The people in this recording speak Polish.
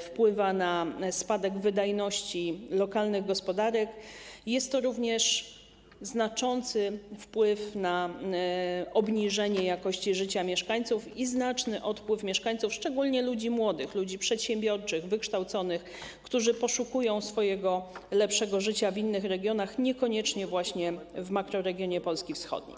wpływa na spadek wydajności lokalnych gospodarek, ma również znaczący wpływ na obniżenie jakości życia mieszkańców i na znaczny odpływ mieszkańców, szczególnie ludzi młodych, przedsiębiorczych, wykształconych, którzy poszukują lepszego życia w innych regionach, niekoniecznie w makroregionie Polski wschodniej.